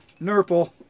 Nurple